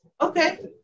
Okay